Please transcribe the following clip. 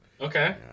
Okay